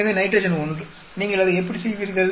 எனவே நைட்ரஜன் 1 நீங்கள் அதை எப்படி செய்வீர்கள்